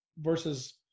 versus